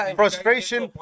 frustration